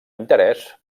interès